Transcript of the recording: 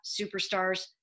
superstars